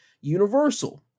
Universal